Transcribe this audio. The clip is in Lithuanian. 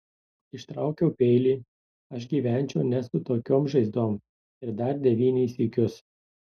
ištraukiau peilį aš gyvenčiau ne su tokiom žaizdom ir dar devynis sykius